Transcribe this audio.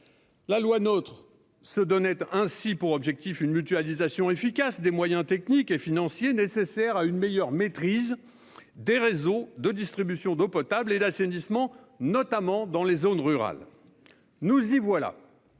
La loi NOTRe se donnait ainsi pour objectif une mutualisation efficace des moyens techniques et financiers nécessaires à une meilleure maîtrise des réseaux de distribution d'eau potable et d'assainissement, notamment dans les zones rurales. Nous y voilà,